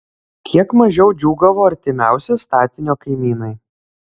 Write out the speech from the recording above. kiek mažiau džiūgavo artimiausi statinio kaimynai